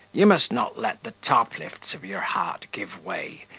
you must not let the toplifts of your heart give way,